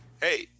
Hey